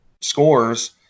scores